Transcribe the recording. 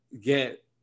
get